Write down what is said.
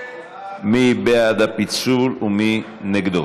מי בעד הפיצול ומי נגדו?